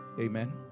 amen